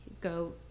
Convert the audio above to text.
go